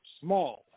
Small